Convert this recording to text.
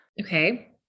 Okay